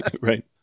Right